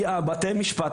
כי בתי המשפט,